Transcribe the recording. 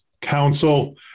Council